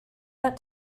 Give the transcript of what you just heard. that